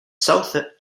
south